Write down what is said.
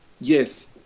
Yes